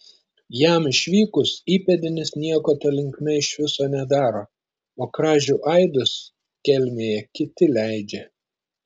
jam išvykus įpėdinis nieko ta linkme iš viso nedaro o kražių aidus kelmėje kiti leidžia